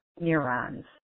neurons